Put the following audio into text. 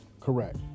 Correct